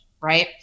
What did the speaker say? right